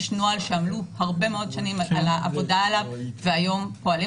יש נוהל שעמלו עליו הרבה מאוד שנים והיום פועלים